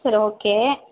சரி ஓகே